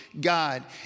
God